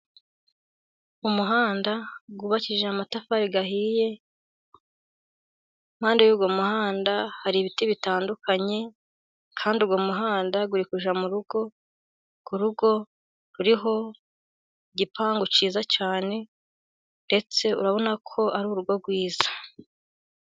Umuhanda wubaki amatafari ahiye, impande y'uwo muhanda hari ibiti bitandukanye, kandi uwo muhanda uja mu rugo, ku rugo ruriho igipangu cyiza cyane, ndetse urabona ko ari urugo rwiza.